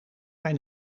mijn